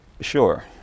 Sure